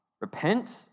repent